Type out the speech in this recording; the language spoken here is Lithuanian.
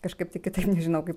kažkaip tai kitaip nežinau kaip